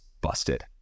busted